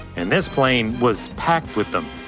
and this plane was packed with them,